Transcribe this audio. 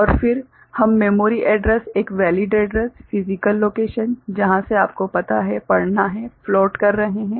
और फिर हम मेमोरी एड्रेस एक वेलीड एड्रैस फिसिकल लोकेशन जहाँ से आपको पता है पढ़ना है फ्लोट कर रहे हैं